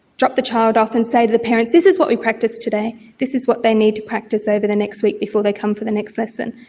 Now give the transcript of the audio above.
drop the child off and say to the parents, this is what we practised today, this is what they need to practice over the next week before they come for the next lesson.